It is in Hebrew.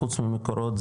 חוץ ממקורות,